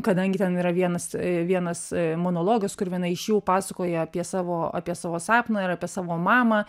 kadangi ten yra vienas vienas monologas kur viena iš jų pasakoja apie savo apie savo sapną ir apie savo mamą